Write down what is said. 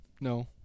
No